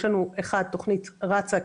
יש לנו תכנית רצה,